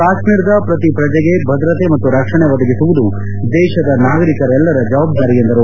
ಕಾಶ್ಮೀರದ ಪ್ರತಿ ಪ್ರಜೆಗೆ ಭದ್ರತೆ ಮತ್ತು ರಕ್ಷಣೆ ಒದಗಿಸುವುದು ದೇಶದ ನಾಗರಿಕರೆಲ್ಲರ ಜವಾಬ್ದಾರಿ ಎಂದರು